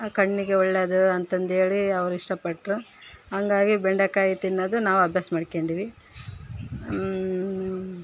ಕಣ್ಣಿಗೆ ಒಳ್ಳೇದು ಅಂತಂದೇಳಿ ಅವರು ಇಷ್ಟ ಪಟ್ರು ಹಂಗಾಗಿ ಬೆಂಡೆಕಾಯಿ ತಿನ್ನೋದು ನಾವು ಅಭ್ಯಾಸ ಮಾಡ್ಕೊಂಡ್ವಿ